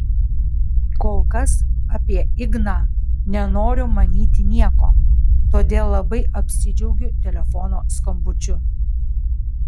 kol kas apie igną nenoriu manyti nieko todėl labai apsidžiaugiu telefono skambučiu